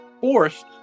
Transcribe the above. forced